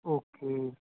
okay